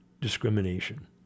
discrimination